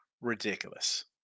ridiculous